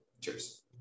cheers